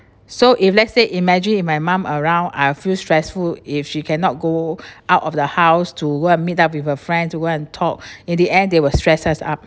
so if lets say imagine if my mom around I'll feel stressful if she cannot go out of the house to go and meet up with her friends go and talk in the end they will stress us up